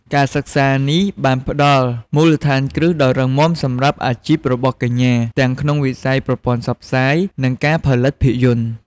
ការសិក្សានេះបានផ្តល់មូលដ្ឋានគ្រឹះដ៏រឹងមាំសម្រាប់អាជីពរបស់កញ្ញាទាំងក្នុងវិស័យប្រព័ន្ធផ្សព្វផ្សាយ និងការផលិតភាពយន្ត។